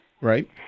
Right